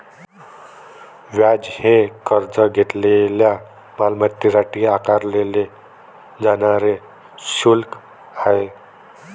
व्याज हे कर्ज घेतलेल्या मालमत्तेसाठी आकारले जाणारे शुल्क आहे